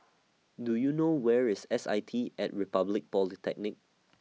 Do YOU know Where IS S I T At Republic Polytechnic